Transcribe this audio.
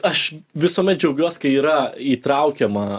aš visuomet džiaugiuos kai yra įtraukiama